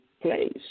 place